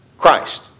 Christ